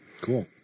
Cool